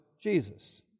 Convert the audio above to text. Jesus